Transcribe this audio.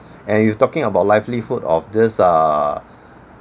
and you talking about livelihood of this err